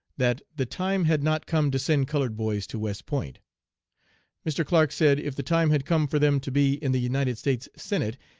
that the time had not come to send colored boys to west point mr. clark said if the time had come for them to be in the united states senate,